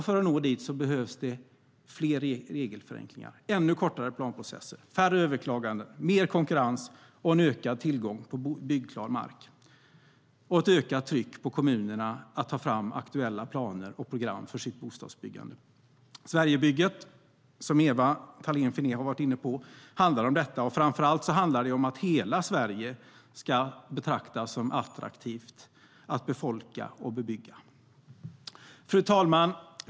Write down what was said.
För att nå dit behövs det fler regelförenklingar, ännu kortare planprocesser, färre överklaganden, mer konkurrens och ökad tillgång till byggklar mark samt ett ökat tryck på kommunerna att ta fram aktuella planer och program för bostadsbyggande. Fru talman!